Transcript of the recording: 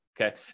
okay